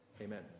Amen